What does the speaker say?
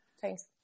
Thanks